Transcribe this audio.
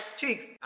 cheeks